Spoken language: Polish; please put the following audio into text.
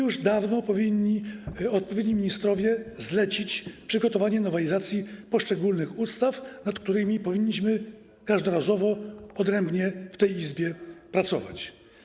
Już dawno powinni odpowiedni ministrowie zlecić przygotowanie nowelizacji poszczególnych ustaw, nad którymi powinniśmy każdorazowo, odrębnie w tej Izbie pracować.